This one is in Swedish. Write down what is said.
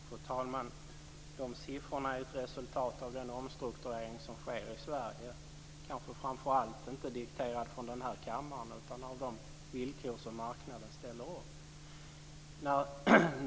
Fru talman! De siffrorna är ett resultat av den omstrukturering som sker i Sverige, dikterat kanske inte framför allt från den här kammaren utan av de villkor som marknaden ställer upp.